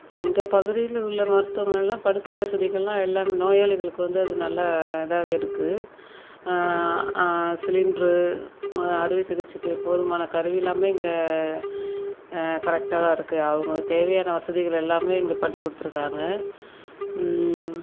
எங்கள் பகுதியில் உள்ள மருத்துவமனையிலெலாம் படுக்கை வசதிகளெலாம் எல்லாமே நோயாளிகளுக்கு வந்து அது நல்லா இதாகவே இருக்குது சிலிண்டரு அறுவை சிகிச்சைக்கு போதுமான கருவியெலாமே இங்கே கரெக்டாக தான் இருக்குது அவர்களுக்கு தேவையான வசதிகள் எல்லாமே இங்கே பண்ணி கொடுத்துருக்காங்க